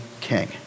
king